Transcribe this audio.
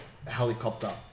Helicopter